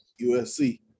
USC